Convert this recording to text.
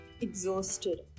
exhausted